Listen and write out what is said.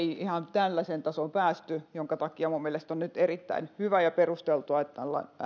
ihan tällaiseen tasoon päästy minkä takia minun mielestäni on erittäin hyvä ja perusteltua että nyt ollaan päästy